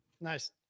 Nice